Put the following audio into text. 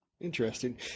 Interesting